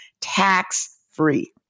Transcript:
tax-free